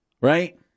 Right